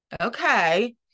okay